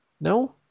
No